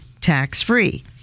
tax-free